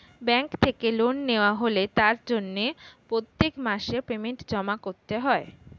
bank থেকে loan নেওয়া হলে তার জন্য প্রত্যেক মাসে পেমেন্ট জমা করতে হয়